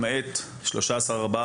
למעט 13%-14%,